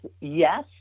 yes